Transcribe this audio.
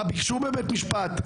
מה ביקשו בבית המשפט?